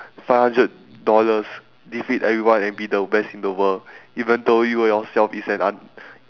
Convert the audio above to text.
five hundred dollars defeat everyone and be the best in the world even though you yourself is an un~